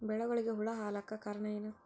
ಬೆಳಿಗೊಳಿಗ ಹುಳ ಆಲಕ್ಕ ಕಾರಣಯೇನು?